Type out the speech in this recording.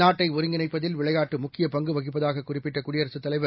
நாட்டை ஒருங்கிணைப்பதில் விளையாட்டு முக்கியப் பங்கு வகிப்பதாக குறிப்பிட்ட குடியரசுத் தலைவர்